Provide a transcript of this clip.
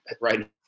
right